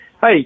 Hi